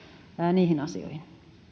niihin asioihin